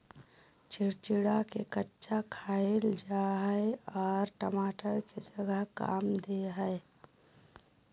चिचिंडा के कच्चा खाईल जा हई आर टमाटर के जगह काम दे हइ